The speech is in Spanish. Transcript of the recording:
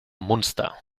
munster